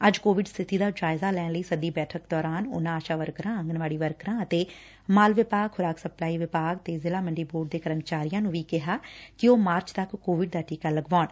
ਅੱਜ ਕੋਵਿਡ ਸਬਿਤੀ ਦਾ ਜਾਇਜ਼ਾ ਲੈਣ ਲਈ ਸੱਦੀ ਬੈਠਕ ਦੌਰਾਨ ਉਨ੍ਪਾ ਆਸ਼ਾ ਵਰਕਰਾਂ ਆਗਨਵਾਤੀ ਵਰਕਰਾਂ ਅਤੇ ਮਾਲ ਵਿਭਾਗ ਖੁਰਾਕ ਸਪਲਾਈ ਵਿਭਾਗ ਅਤੇ ਜ਼ਿਲੁਾ ਮੰਡੀ ਬੋਰਡ ਦੇ ਕਰਮਚਾਰੀਆਂ ਨੂੰ ਵੀ ਕਿਹਾ ਕਿ ਉਹ ਮਾਰਚ ਤੱਕ ਕੋਵਿਡ ਦਾ ਟੀਕਾ ਲਗਵਾਉਣ